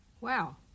Wow